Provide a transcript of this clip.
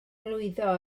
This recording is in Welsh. lwyddo